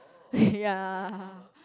ya